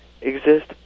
exist